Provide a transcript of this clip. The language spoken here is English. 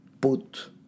put